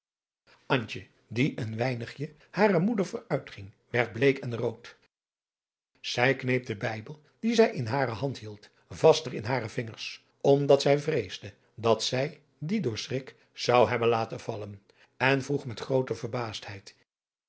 die een weinigje hare moeder vooruit ging werd bleek en rood zij kneep den bijbel dien zij in hare hand hield vaster in hare vingers omdat zij vreesde dat zij dien door schrik zou hebben laten vallen en vroeg met groote